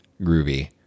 groovy